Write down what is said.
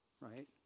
right